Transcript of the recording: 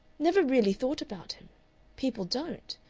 never really thought about him people don't.